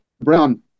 Brown